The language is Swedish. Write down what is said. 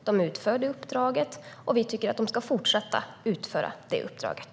Det utför det uppdraget, och vi tycker att det ska fortsätta utföra det uppdraget.